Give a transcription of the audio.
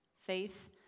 faith